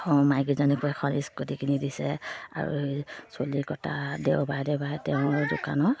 মাইকীজনীকো এখন স্কুটি কিনি দিছে আৰু চুলি কটা দেওবাৰে দেওবাৰে তেওঁৰ দোকানত